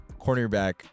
cornerback